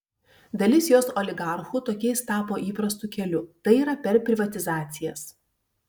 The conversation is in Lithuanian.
dalis jos oligarchų tokiais tapo įprastu keliu tai yra per privatizacijas